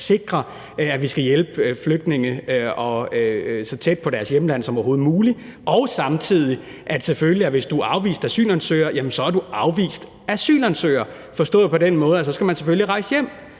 sikre, at vi skal hjælpe flygtninge så tæt på deres hjemlande som overhovedet muligt, og samtidig sikre, at hvis man er afvist asylansøger, jamen så er man afvist asylansøger forstået på den måde, at så skal man selvfølgelig rejse hjem.